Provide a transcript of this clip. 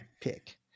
pick